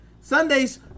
Sundays